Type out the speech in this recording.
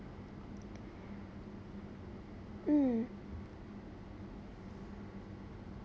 mm